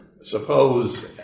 Suppose